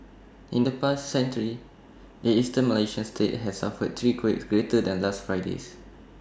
in the past century the Eastern Malaysian state has suffered three quakes greater than last Friday's